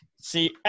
see